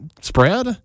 spread